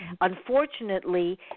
unfortunately